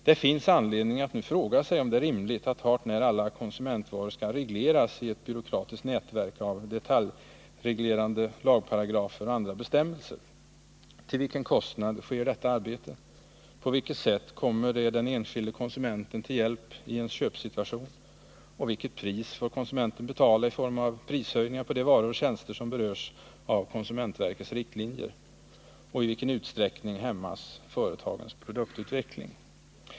Det finns anledning att nu fråga sig om det är rimligt att hart när alla konsumentvaror skall regleras i ett byråkratiskt nätverk av detaljreglerande lagparagrafer och andra bestämmelser. Till vilken kostnad sker detta arbete? På vilket sätt kommer det den enskilde konsumenten till hjälp i en köpsituation? Vilket pris får konsumenten betala i form av prishöjningar på de varor och tjänster som berörs av konsumentverkets riktlinjer? I vilken utsträckning hämmas företagens produktutveckling?